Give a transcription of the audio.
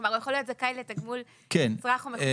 כלומר הוא יכול להיות זכאי לתגמול כנצרך או מחוסר